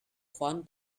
fun